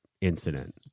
incident